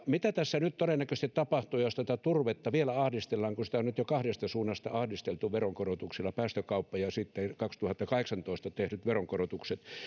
mitä tässä nyt todennäköisesti tapahtuu jos tätä turvetta vielä ahdistellaan kun sitä on nyt jo kahdesta suunnasta ahdisteltu veronkorotuksilla päästökauppa ja sitten kaksituhattakahdeksantoista tehdyt veronkorotukset